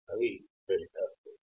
అవి ఫిల్టర్లు